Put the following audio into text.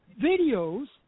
videos